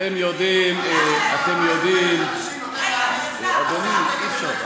אתם יודעים, אדוני, אי-אפשר.